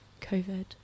COVID